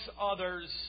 others